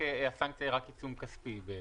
כשהסנקציה היא רק עיצום כספי בעצם?